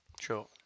Sure